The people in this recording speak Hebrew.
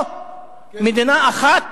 או מדינה אחת,